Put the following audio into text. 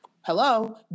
Hello